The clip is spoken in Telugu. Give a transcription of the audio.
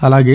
అలాగే